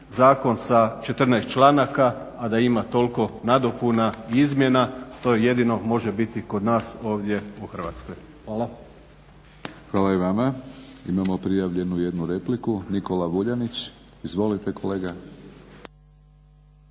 zakon sa 14 članaka, a da ima toliko nadopuna i izmjena, to jedino može biti kod nas ovdje u Hrvatskoj. Hvala. **Batinić, Milorad (HNS)** Hvala i vama. Imamo prijavljenu jednu repliku Nikola Vuljanić. Izvolite kolega.